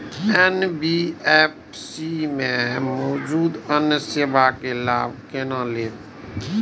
NBFC में मौजूद अन्य सेवा के लाभ केना लैब?